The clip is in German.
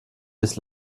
des